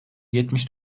yetmiş